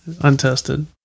Untested